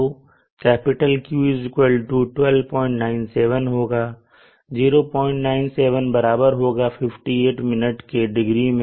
तो Q 1297 होगा 097 बराबर होगा 58 मिनट के डिग्री में